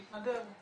מתנדב,